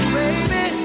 baby